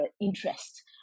interest